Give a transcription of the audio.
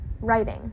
writing